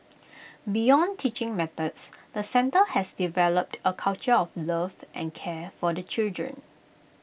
beyond teaching methods the centre has developed A culture of love and care for the children